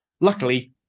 Luckily